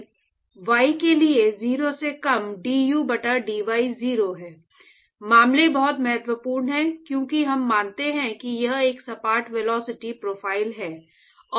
y के लिए 0 से कम du बटा dy 0 है मामले बहुत महत्वपूर्ण है क्योंकि हम मानते हैं कि यह एक सपाट वेलोसिटी प्रोफ़ाइल है और